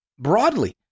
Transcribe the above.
broadly